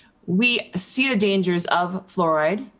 we see the dangers of fluoride.